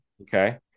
Okay